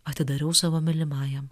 atidariau savo mylimajam